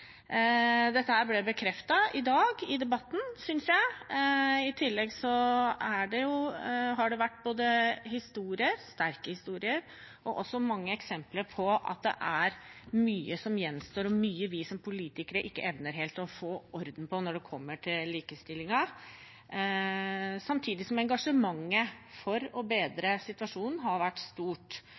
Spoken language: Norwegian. Dette ble bekreftet i debatten i dag, synes jeg. I tillegg har det vært både sterke historier og mange eksempler på at det er mye som gjenstår, og mye vi som politikere ikke helt evner å få orden på når det gjelder likestillingen, samtidig som engasjementet for å bedre situasjonen har vært stort.